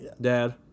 dad